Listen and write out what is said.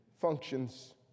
functions